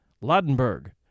Ladenburg